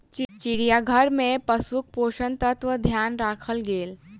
चिड़ियाघर में पशुक पोषक तत्वक ध्यान राखल गेल